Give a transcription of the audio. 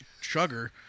sugar